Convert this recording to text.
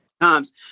times